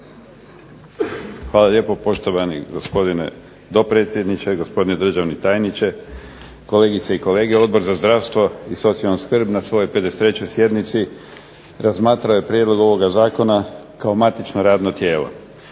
Hvala lijepo, poštovani gospodine dopredsjedniče. Gospodine državni tajniče, kolegice i kolege. Odbor za zdravstvo i socijalnu skrb na svojoj 53. sjednici razmatrao je prijedlog ovoga zakona kao matično radno tijelo.